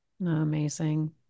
Amazing